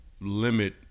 limit